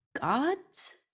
gods